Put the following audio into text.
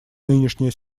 нынешняя